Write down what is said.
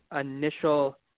initial